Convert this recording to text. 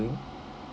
doing